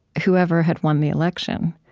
whoever had won the election,